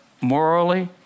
morally